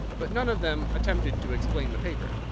but none of them attempted to explain the paper.